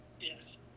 Yes